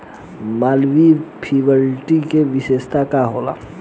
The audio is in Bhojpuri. मालवीय फिफ्टीन के विशेषता का होला?